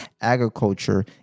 agriculture